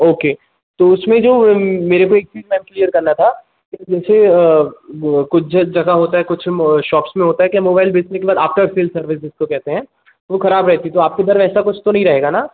okay तो उसमें जो मेरे को एक चीज़ मैम क्लियर करना था कि जैसे कुछ जगह होता है कुछ शॉप्स में होता है कि मोबाइल बेचने के बाद ऑफ़्टर सेल सर्विस जिसको कहते हैं वह खराब रहती तो आपके उधर ऐसा कुछ तो नई रहेगा ना